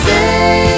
Say